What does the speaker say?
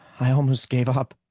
i almost gave up!